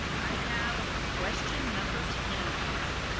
i have question number ten here.